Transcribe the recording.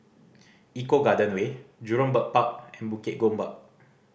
Eco Garden Way Jurong Bird Park and Bukit Gombak